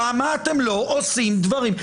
למה אתם לא עושים דברים?